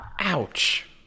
Ouch